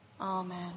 Amen